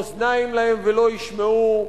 אוזניים להם ולא ישמעו,